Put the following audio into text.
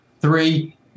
Three